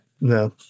No